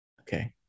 Okay